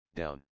down